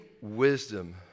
wisdom